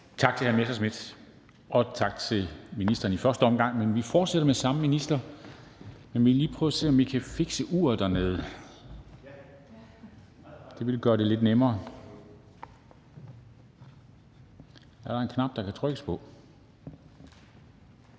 Tak til hr. Morten Messerschmidt. Og tak til ministeren i første omgang. Men vi fortsætter med samme minister. Man kan lige prøve at se, om man kan fikse uret dernede, da det vil gøre det lidt nemmere. Er der en knap, der kan trykkes på?